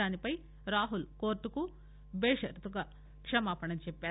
దానిపై రాహుల్ కోర్టుకు బేషరతుగా క్షమాపణలు చెప్పారు